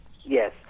Yes